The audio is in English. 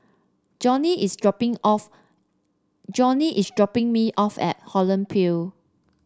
Johny is dropping off Johny is dropping me off at Holland